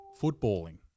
footballing